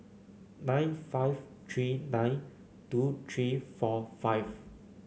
nine five three nine two three four five